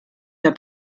der